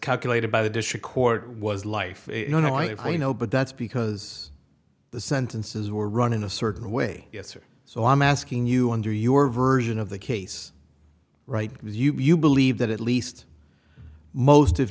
calculated by the district court was life you know if i know but that's because the sentences were run in a certain way yes or so i'm asking you under your version of the case right if you believe that at least most